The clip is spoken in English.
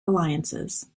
alliances